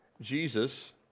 Jesus